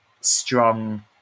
strong